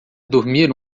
dormir